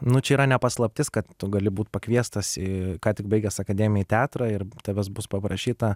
nu čia yra ne paslaptis kad tu gali būt pakviestas į ką tik baigęs akademiją į teatrą ir tavęs bus paprašyta